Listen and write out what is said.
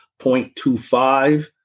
0.25